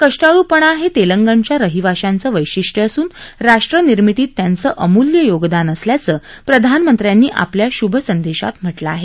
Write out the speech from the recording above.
कष्टाळूपणा हे तेलंगणच्या रहिवाशांचं वश्रिष्ट्य असून राष्ट्रनिर्मितीत त्यांचं अमूल्य योगदान असल्याचं प्रधानमंत्र्यांनी आपल्या शुभसंदेशात म्हटलं आहे